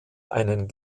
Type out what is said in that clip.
einen